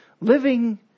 living